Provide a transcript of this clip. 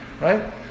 right